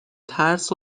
ترس